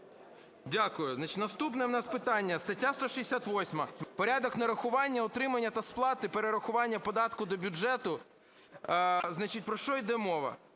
наступне в нас питання. Стаття 168 "Порядок нарахування, утримання та сплати перерахування податку до бюджету". Значить, про що йде мова?